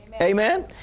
Amen